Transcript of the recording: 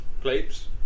Plates